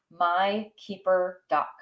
mykeeper.com